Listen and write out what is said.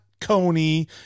Coney